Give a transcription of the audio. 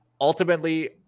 Ultimately